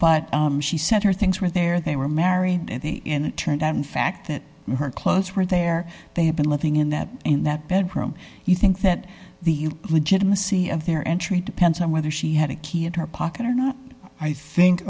but she sent her things were there they were married in it turned out in fact that her clothes were there they had been living in that in that bedroom you think that the legitimacy of their entry depends on whether she had a key in her pocket or not i think